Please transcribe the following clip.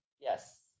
Yes